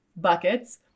buckets